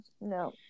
no